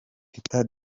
teta